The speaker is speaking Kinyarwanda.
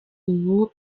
ubu